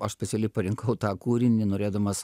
aš specialiai parinkau tą kūrinį norėdamas